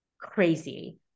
crazy